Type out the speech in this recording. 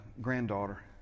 granddaughter